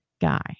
guy